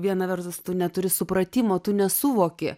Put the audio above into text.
viena vertus tu neturi supratimo tu nesuvoki